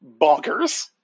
bonkers